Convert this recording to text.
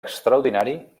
extraordinari